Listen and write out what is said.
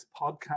podcast